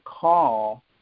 call